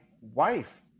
wife